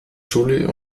schule